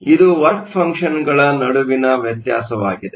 ಇದು ವರ್ಕ್ ಫಂಕ್ಷನ್ಗಳ ನಡುವಿನ ವ್ಯತ್ಯಾಸವಾಗಿದೆ